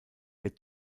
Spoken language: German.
der